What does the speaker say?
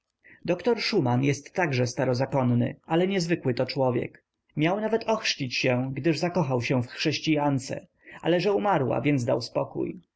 doktor szuman jest także starozakonny ale niezwykły to człowiek miał nawet ochrzcić się gdyż zakochał się w chrześcijance ale że umarła więc dał spokój